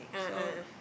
ah ah ah